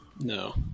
No